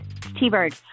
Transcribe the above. t-bird